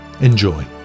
enjoy